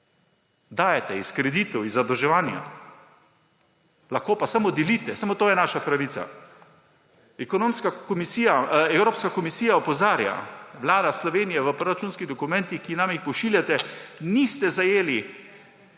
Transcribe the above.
Dajete iz kreditov, iz zadolževanja. Lahko pa samo delite, samo to je naša pravica! Evropska komisija opozarja, vlada Slovenije, v proračunskih dokumentih, ki nam jih pošiljate, niste zajeli